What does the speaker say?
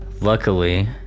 Luckily